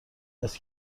است